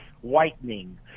whitening